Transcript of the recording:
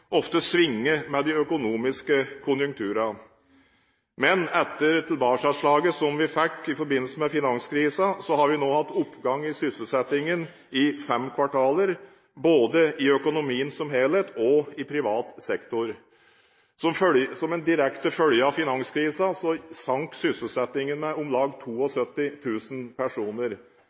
ofte svinger med de økonomiske konjunkturene. Etter tilbakeslaget vi fikk i forbindelse med finanskrisen, har vi nå hatt en oppgang i sysselsettingen i fem kvartaler, både i økonomien som helhet og i privat sektor. Som en direkte følge av finanskrisen sank sysselsettingen med om lag 72 000 personer.